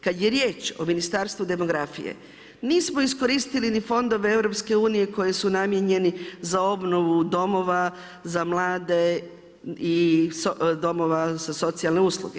Kad je riječ o Ministarstvu demografije, nismo iskoristili ni fondove EU, koji su namijenjeni za obnovu domova, za mlade i domova za socijalne usluge.